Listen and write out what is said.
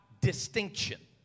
distinction